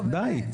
די.